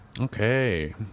Okay